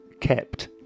kept